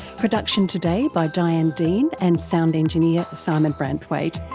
production today by diane dean and sound engineer simon branthwaite.